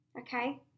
okay